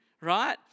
Right